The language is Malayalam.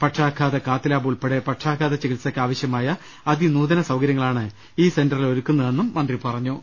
പക്ഷാ ഘാത കാത്ത് ലാബ് ഉൾപ്പെടെ പക്ഷാഘാത ചികിത്സയ്ക്കാവശ്യമായ അതിനൂ തന സൌകര്യങ്ങളാണ് ഈ സെന്ററിൽ ഒരുക്കുന്നതെന്നും മന്ത്രി പറഞ്ഞു